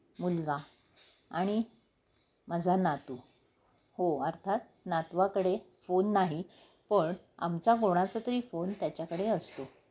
मुलगा आणि माझा नातू हो अर्थात नातवाकडे फोन नाही पण आमचा कोणाचा तरी फोन त्याच्याकडे असतो